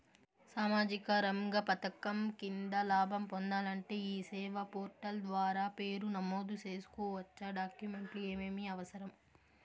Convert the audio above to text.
సామాజిక రంగ పథకం కింద లాభం పొందాలంటే ఈ సేవా పోర్టల్ ద్వారా పేరు నమోదు సేసుకోవచ్చా? డాక్యుమెంట్లు ఏమేమి అవసరం?